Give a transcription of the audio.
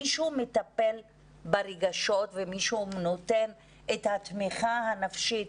מישהו מטפל ברגשות ומישהו נותן את התמיכה הנפשית